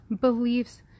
beliefs